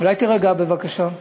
אולי תירגע בבקשה.